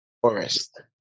Forest